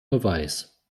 beweis